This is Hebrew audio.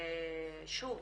שוב,